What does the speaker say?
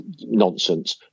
nonsense